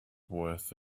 worth